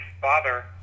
father